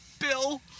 Bill